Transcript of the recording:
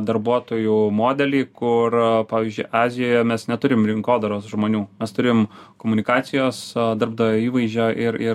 darbuotojų modelį kur pavyzdžiui azijoje mes neturim rinkodaros žmonių mes turim komunikacijos darbdavio įvaizdžio ir ir